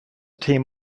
team